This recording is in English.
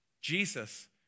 Jesus